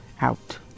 out